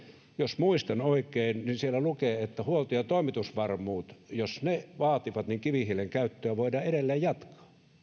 jos muistan oikein että jos huolto ja toimitusvarmuus sitä vaativat niin kivihiilen käyttöä voidaan edelleen jatkaa